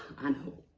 i know